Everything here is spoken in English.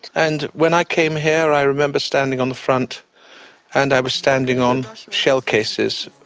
and when i came here i remember standing on the front and i was standing on shell cases,